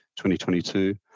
2022